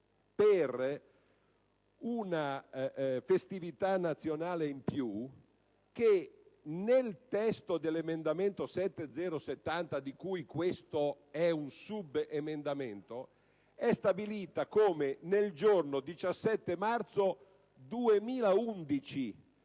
per una festività nazionale in più che nel testo dell'emendamento 7.0.70, di cui questo è un subemendamento, è stabilita solo nel giorno 17 marzo 2011.